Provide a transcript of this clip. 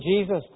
Jesus